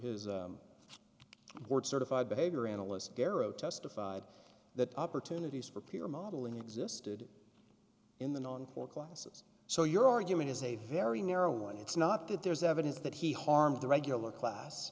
his words certified behavior analyst garo testified that opportunities for peer modeling existed in the on four classes so your argument is a very narrow one it's not that there's evidence that he harmed the regular class